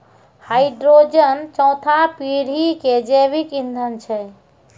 hydrogen चौथा पीढ़ी के जैविक ईंधन छै